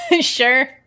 Sure